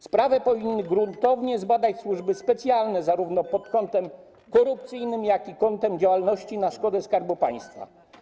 Sprawę powinny gruntownie zbadać służby specjalne zarówno pod kątem korupcyjnym, jak i kątem działalności na szkodę Skarbu Państwa.